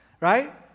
right